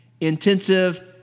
Intensive